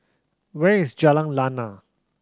where is Jalan Lana